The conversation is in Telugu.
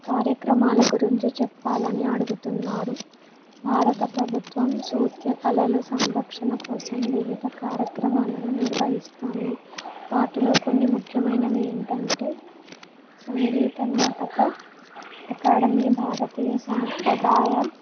కార్యక్రమాల గురించి చెప్పాలని అడుగుతున్నారు భారత ప్రభుత్వం నృత్య కళలు సంరక్షణ కోసం వివిధ కార్యక్రమాలను నిర్వహిస్తుంది వాటిలో కొన్ని ముఖ్యమైనవి ఏంటంటే సంగీత నాటక అకాడమీ భారతీయ సాంప్రదాయ